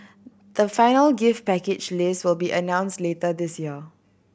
the final gift package list will be announced later this year